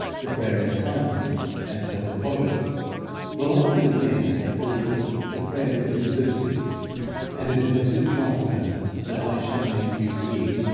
the prayer of silence, and of repose while others again have called it the prayer of simplicity and it is of this last term that i shall make use here,